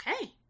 Okay